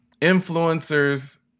influencers